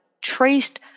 traced